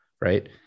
Right